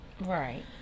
Right